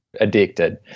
addicted